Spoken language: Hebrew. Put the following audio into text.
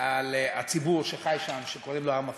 על הציבור שחי שם, שקוראים לו העם הפלסטיני.